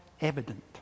evident